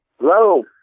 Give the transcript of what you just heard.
Hello